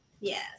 Yes